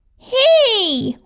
hey!